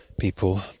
people